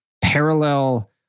parallel